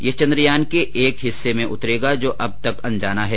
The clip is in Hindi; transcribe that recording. यह चंद्रमा के एक ऐसे हिस्से में उतरेगा जो अब तक अनजाना है